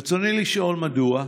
רצוני לשאול: 1. מדוע?